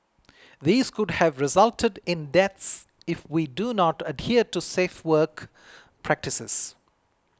these could have resulted in deaths if we do not adhere to safe work practices